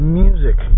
music